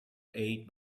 eight